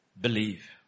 Believe